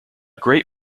great